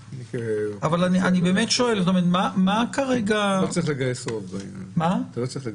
אבל אני באמת שואל: מה כרגע --- לא צריך לגייס רוב בעניין הזה.